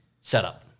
setup